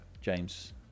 James